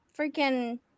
freaking